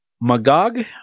magog